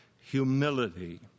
humility